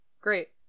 Great